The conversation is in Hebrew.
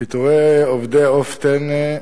פיטורי עובדי "עוף טנא"